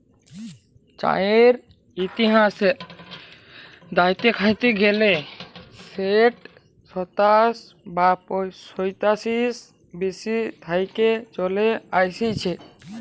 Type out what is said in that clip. চাঁয়ের ইতিহাস দ্যাইখতে গ্যালে সেট সাতাশ শ সাঁইতিরিশ বি.সি থ্যাইকে চলে আইসছে